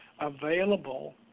available